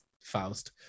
Faust